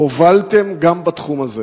הובלתם גם בתחום הזה.